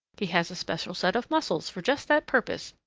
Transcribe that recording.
he has a special set of muscles for just that purpose,